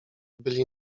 byli